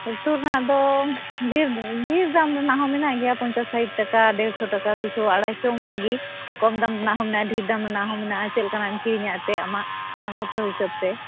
ᱞᱩᱛᱩᱨ ᱨᱮᱱᱟᱜ ᱫᱚ ᱰᱷᱮᱨ ᱰᱷᱮᱨ ᱫᱟᱢ ᱨᱮᱱᱟᱜ ᱦᱚᱸ ᱢᱮᱱᱟᱜ ᱜᱮᱭᱟ ᱯᱚᱧᱪᱟᱥ ᱥᱟᱹᱴ ᱴᱟᱠᱟ ᱰᱮᱲᱥᱚ ᱴᱟᱠᱟ ᱫᱩᱥᱚ ᱟᱲᱟᱭᱥᱚ ᱚᱱᱠᱟ ᱜᱮ ᱠᱚᱢ ᱫᱟᱢ ᱨᱮᱱᱟᱜ ᱦᱚᱸ ᱢᱮᱱᱟᱜᱼᱟ ᱰᱷᱮᱨ ᱫᱟᱢ ᱨᱮᱱᱟᱜ ᱦᱚᱸ ᱢᱮᱱᱟᱜᱼᱟ ᱪᱮᱫ ᱞᱮᱠᱟᱱᱟᱜ ᱮᱢ ᱠᱤᱨᱤᱧᱟ ᱮᱱᱛᱮᱫ ᱟᱢᱟᱜ ᱥᱟᱢᱚᱨᱛᱷᱚ ᱦᱤᱥᱟᱹᱵ ᱛᱮ